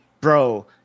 bro –